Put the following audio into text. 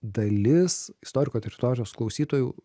dalis istoriko teritorijos klausytojų